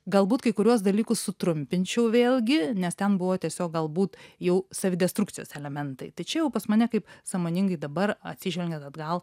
galbūt kai kuriuos dalykus sutrumpinčiau vėlgi nes ten buvo tiesiog galbūt jau savidestrukcijos elementai tai čia jau pas mane kaip sąmoningai dabar atsižvelgiant atgal